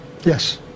Yes